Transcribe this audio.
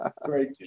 Great